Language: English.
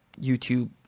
YouTube